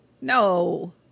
no